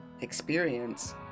experience